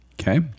Okay